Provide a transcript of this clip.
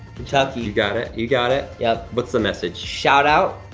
kentucky? you got it, you got it. yup. what's the message? shout-out